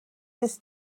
this